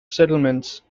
settlements